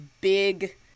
big